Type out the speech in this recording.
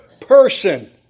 person